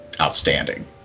outstanding